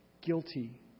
Guilty